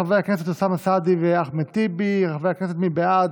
חברי הכנסת, מי בעד?